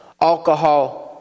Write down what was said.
alcohol